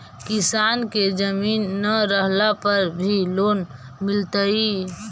किसान के जमीन न रहला पर भी लोन मिलतइ?